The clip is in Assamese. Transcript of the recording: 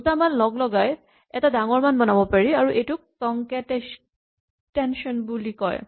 দুটা মান লগলগাই এটা ডাঙৰ মান বনাব পাৰি আৰু এইটোক কনকেটেনেচন বুলি কয়